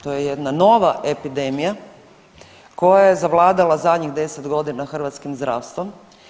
To je jedna nova epidemija koja je zavladala zadnjih 10 godina hrvatskih zdravstvom.